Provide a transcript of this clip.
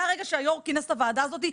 מהרגע שהיו"ר כינס את הוועדה הזאת,